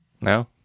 No